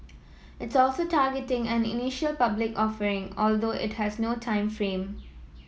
it's also targeting an public offering although it has no time frame